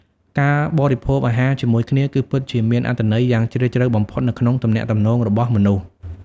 ការបរិភោគអាហារជាមួយគ្នាគឺពិតជាមានអត្ថន័យយ៉ាងជ្រាលជ្រៅបំផុតនៅក្នុងទំនាក់ទំនងរបស់មនុស្ស។